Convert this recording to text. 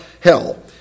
hell